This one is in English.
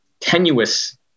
tenuous